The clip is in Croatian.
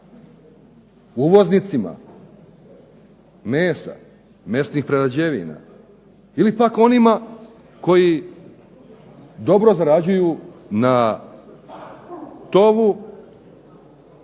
uvoznicima mesa, mesnih prerađevina ili pak onima koji dobro zarađuju na tovu,